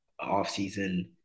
offseason